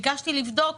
ביקשתי לבדוק